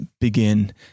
begin